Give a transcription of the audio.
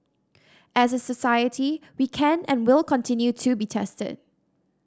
as a society we can and will continue to be tested